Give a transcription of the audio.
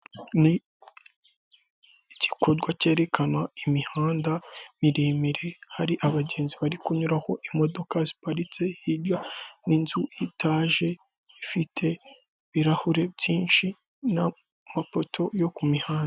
Ni igikorwa cyerekana imihanda miremire hari abagenzi bari kunyuraho, imodoka ziparitse hirya n'inzu y'itaje ifite ibirahure byinshi n'amapoto yo ku mihanda.